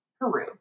Peru